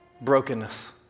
brokenness